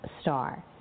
star